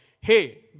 hey